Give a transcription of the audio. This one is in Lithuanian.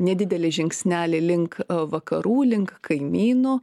nedidelį žingsnelį link vakarų link kaimynų